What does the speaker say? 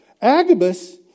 Agabus